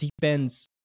depends